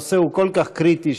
אבל הנושא הוא כל כך קריטי,